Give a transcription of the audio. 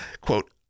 quote